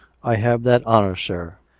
i have that honour, sir.